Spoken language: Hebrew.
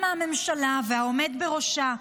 הממשלה והעומד בראשה,